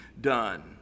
done